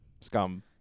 scum